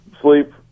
sleep